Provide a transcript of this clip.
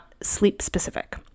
sleep-specific